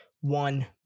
one